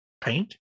Paint